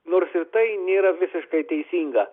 nors ir tai nėra visiškai teisinga